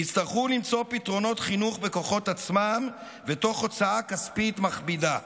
יצטרכו למצוא פתרונות חינוך בכוחות עצמם ותוך הוצאה כספית מכבידה.